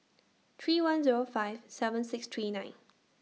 three one Zero five seven six three nine